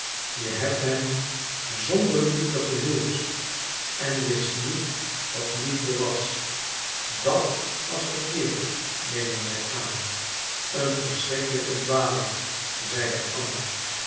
je hebt hem zonder liefde gehuwd en wist niet wat liefde was dat was verkeerd nemen wij aan een verschrikkelijke dwaling zeide anna